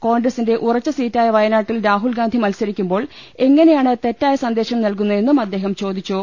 കോൺഗ്രസിന്റെ ഉറച്ച സീറ്റായ വയനാട്ടിൽ രാഹുൽ ഗാന്ധി മത്സരിക്കുമ്പോൾ എങ്ങനെയാണ് തെറ്റായ സന്ദേശം നൽകുന്നതെന്നും അദ്ദേഹം ചോദിച്ചു